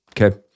Okay